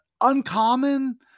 uncommon